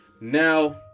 Now